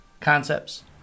concepts